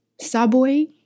Subway